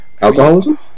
Alcoholism